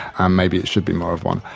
and maybe it should be more of one.